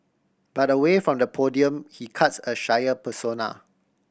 but away from the podium he cuts a shyer persona